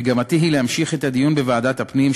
מגמתי היא להמשיך את הדיון בוועדת הפנים,